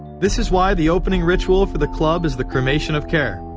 this is why the opening ritual for the club is the cremation of care.